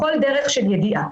בכל דרך של ידיעה.